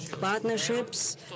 partnerships